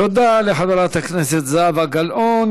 תודה לחברת הכנסת זהבה גלאון.